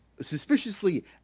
suspiciously